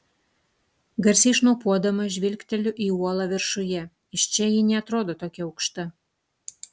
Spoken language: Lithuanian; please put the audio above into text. garsiai šnopuodama žvilgteliu į uolą viršuje iš čia ji neatrodo tokia aukšta